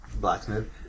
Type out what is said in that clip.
Blacksmith